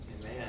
man